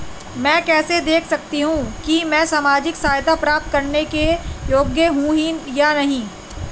मैं कैसे देख सकती हूँ कि मैं सामाजिक सहायता प्राप्त करने के योग्य हूँ या नहीं?